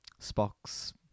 Spock's